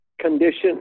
condition